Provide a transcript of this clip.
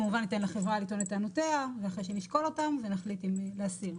כמובן שניתן לחברה לטעון את טענותיה ואחרי שנשקול אותם ונחליט אם להסיר.